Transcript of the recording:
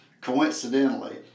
coincidentally